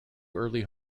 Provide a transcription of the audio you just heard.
early